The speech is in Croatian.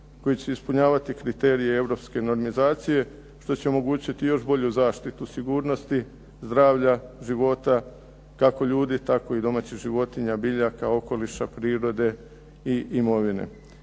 koji će ispunjavati kriterije europske normizacije što će omogućiti još bolju zaštitu sigurnosti zdravlja, života kako ljudi, tako i domaćih životinja, biljaka, okoliša, prirode i imovine.